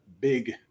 big